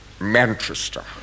Manchester